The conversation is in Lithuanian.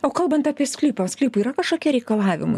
o kalbant apie sklypą sklypui yra kažkokie reikalavimai